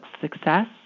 success